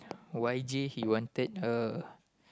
Y J he wanted a